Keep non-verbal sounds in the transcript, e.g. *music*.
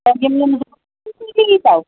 تۄہہِ یِم یِم *unintelligible* نِیٖتو